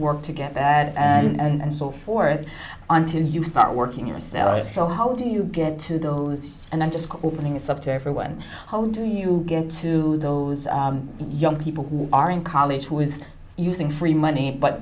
work to get that and so forth until you start working in a cellar so how do you get to those and then just opening it up to everyone how do you get to those young people who are in college who is using free money but